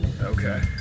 Okay